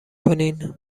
کنین